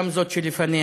גם בזאת שלפניה,